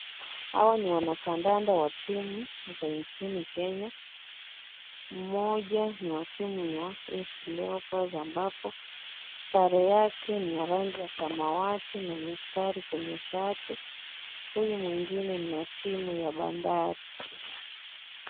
Hawa ni wanakandanda wa timu za nchini Kenya. Mmoja ni wa timu ya Afc leopards ambapo sare yake ni ya rangi ya samawati na mistari kwenye shati. Huyu mwengine ni wa timu ya bandari.